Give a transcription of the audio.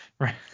Right